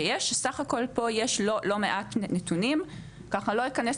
שיש סך הכול פה יש לא מעט נתונים ככה לא ניכנס